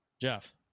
Jeff